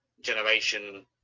generation